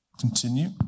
continue